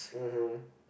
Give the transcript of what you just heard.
mmhmm